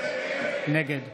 נגד